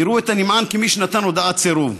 יראו את הנמען כמי שנתן הודעת סירוב.